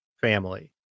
family